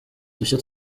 udushya